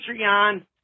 Patreon